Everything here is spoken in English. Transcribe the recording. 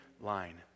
line